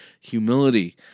humility